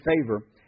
favor